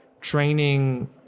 training